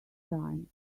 time